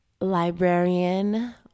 librarian